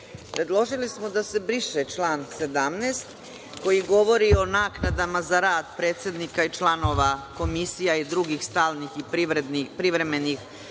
Predložili smo da se briše član 17. koji govori o naknadama za rad predsednika i članova komisija i drugih stalnih i privremenih radnih